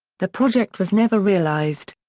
the project was never realized.